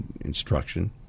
instruction